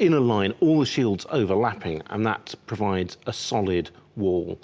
in a line all shields overlapping and um that provides a solid wall